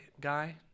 guy